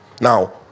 Now